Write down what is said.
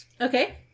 Okay